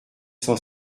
cent